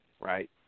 right